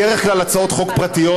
בדרך כלל הצעות חוק פרטיות,